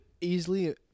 easily